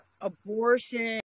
abortion